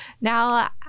now